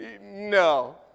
No